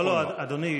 לא, לא, אדוני.